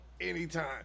anytime